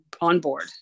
onboard